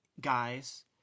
guys